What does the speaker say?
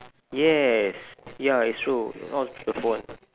yes ya it's true all through the phone